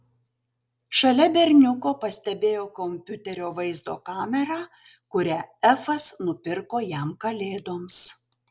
šalia berniuko pastebėjo kompiuterio vaizdo kamerą kurią efas nupirko jam kalėdoms